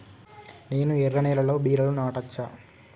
నేను ఎర్ర నేలలో బీరలు నాటచ్చా?